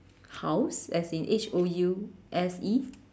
house as in H O U S E